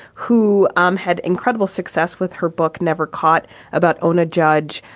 who um had incredible success with her book, never caught about owna judge,